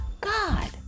God